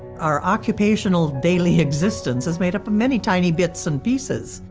our occupational daily existence is made up of many tiny bits and pieces,